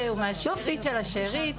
הוא מהשארית של השארית.